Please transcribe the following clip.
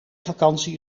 vakantie